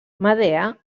medea